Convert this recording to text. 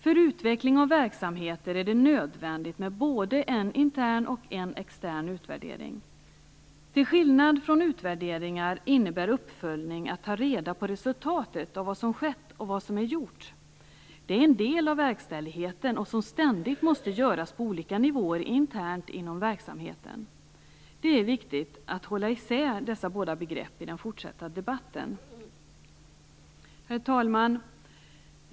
För utveckling av verksamheter är det nödvändigt med både en intern och en extern utvärdering. Till skillnad från utvärdering innebär uppföljning att ta reda på resultatet av vad som skett och av vad som är gjort. Det är en del av verkställigheten som ständigt måste göras på olika nivåer internt inom verksamheten. Det är viktigt att hålla isär dessa båda begrepp i den fortsatta debatten. Herr talman!